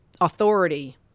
authority